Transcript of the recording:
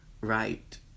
right